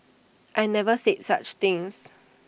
I never said such things